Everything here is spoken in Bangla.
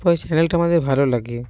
ওই চ্যানেলটা আমাদের ভালো লাগে